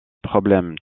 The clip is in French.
problèmes